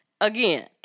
again